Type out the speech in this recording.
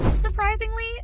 Surprisingly